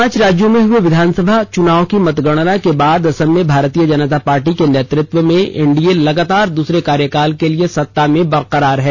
पांच राज्यों में हुए विधानसभा चुनाव की मतगणना के बाद असम में भारतीय जनता पार्टी के नेतृत्व में एनडीए लगातार दूसरे कार्यकाल के लिये सत्ता में बरकरार है